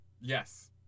Yes